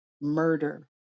murder